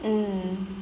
mm